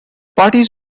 parties